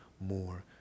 more